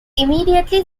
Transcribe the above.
immediately